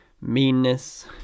meanness